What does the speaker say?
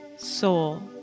soul